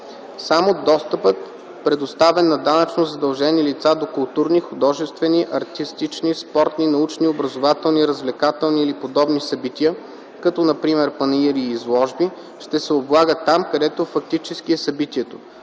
Само достъпът, предоставен на данъчно задължени лица до културни, художествени, артистични, спортни, научни, образователни, развлекателни или подобни събития (като например панаири и изложби), ще се облага там, където фактически е събитието.